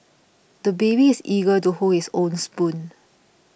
the baby is eager to hold his own spoon